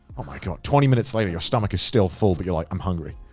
oh my god. twenty minutes later, your stomach is still full. but you're like, i'm hungry.